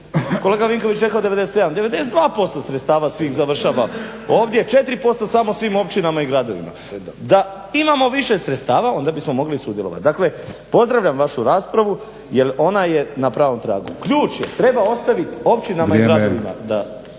Kolega Vinković je rekao 97. 92% sredstava svih završava ovdje. 4% samo svim općinama i gradovima. Da imamo više sredstava onda bismo mogli i sudjelovati. Dakle, pozdravljam vašu raspravu jer ona je na pravom tragu. Ključ je treba ostavit općinama i gradovima